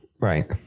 Right